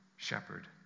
shepherd